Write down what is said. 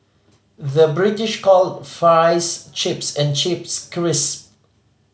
the British call fries chips and chips crisp